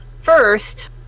first